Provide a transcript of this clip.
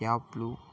యాప్లు